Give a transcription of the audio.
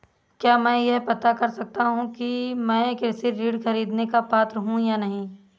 क्या मैं यह पता कर सकता हूँ कि मैं कृषि ऋण ख़रीदने का पात्र हूँ या नहीं?